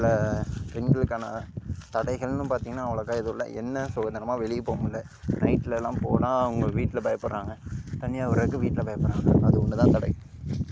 இதில் பெண்களுக்கான தடைகள்னு பார்த்திங்கன்னா அவ்வளோக்கா எதுவும் இல்லை என்ன சுதந்திரமா வெளியே போ முல்ல நைட்லலாம் போனால் அவங்க வீட்டில் பயப்புட்றாங்க தனியாக விடுறதுக்கு வீட்டில் பயப்புட்றாங்க அது ஒன்று தான் தடை